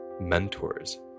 mentors